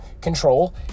control